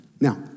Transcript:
Now